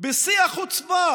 בשיא החוצפה